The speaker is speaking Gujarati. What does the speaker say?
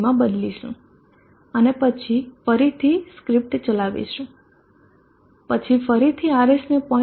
3 માં બદલીશું અને પછી ફરીથી સ્ક્રિપ્ટ ચલાવીશું પછી ફરીથી RS ને 0